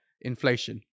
inflation